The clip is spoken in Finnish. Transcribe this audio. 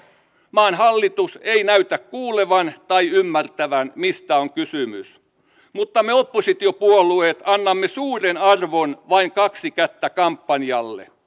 maan hallitus ei näytä kuulevan tai ymmärtävän mistä on kysymys mutta me oppositiopuolueet annamme suuren arvon vain kaksi kättä kampanjalle